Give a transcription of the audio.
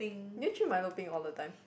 do you drink milo peng all the time